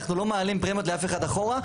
אנחנו לא מעלים פרמיות לאף אחד אחורה.